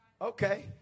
okay